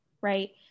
right